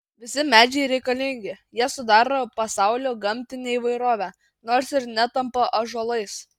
visi medžiai reikalingi jie sudaro pasaulio gamtinę įvairovę nors ir netampa ąžuolais